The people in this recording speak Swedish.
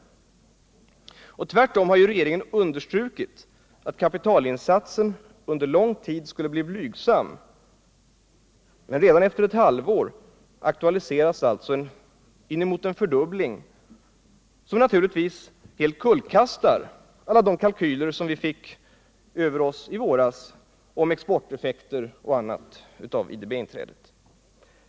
Regeringen har understrukit att kapitalinsatsen under lång tid skulle bli blygsam, men redan efter ett halvår aktualiseras alltså inemot en fördubbling, som naturligtvis helt kullkastar alla de kalkyler som vi vid IDB inträdet fick över oss i våras om exporteffekter och annat.